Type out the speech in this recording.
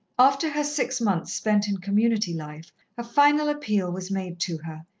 after her six months spent in community life a final appeal was made to her,